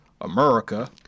America